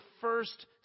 first